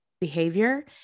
behavior